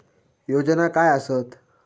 योजना काय आसत?